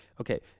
Okay